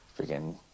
Freaking